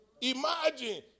Imagine